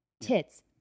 tits